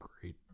great